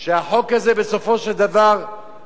מאוד שהחוק הזה כן יחול